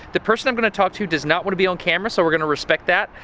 the person i'm gonna talk to does not wanna be on camera, so we're gonna respect that,